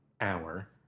hour